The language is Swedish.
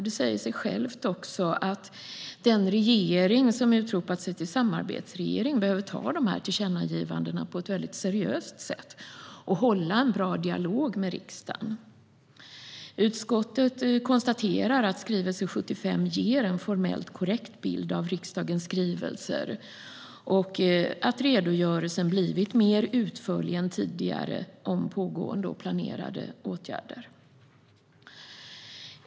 Det säger sig också självt att den regering som utropat sig till samarbetsregering behöver ta de här tillkännagivandena på ett väldigt seriöst sätt och hålla en bra dialog med riksdagen. Utskottet konstaterar att skrivelse 75 ger en formellt korrekt bild av riksdagens skrivelser och att redogörelsen blivit mer utförlig än tidigare i fråga om pågående och planerade åtgärder.